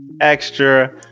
extra